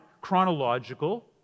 chronological